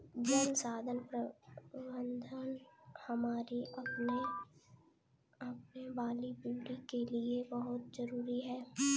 जल संसाधन प्रबंधन हमारी आने वाली पीढ़ी के लिए बहुत जरूरी है